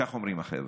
ככה אומרים החבר'ה.